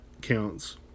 counts